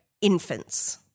infants